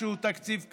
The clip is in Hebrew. שהוא תקציב כבד.